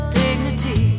dignity